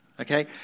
okay